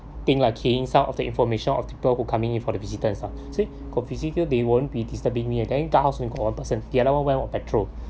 thing like keying some of the information of people who come in for the visitors are see got visitors they won't be disturbing me then guardhouse only got one person the other one went for petrol